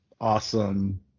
awesome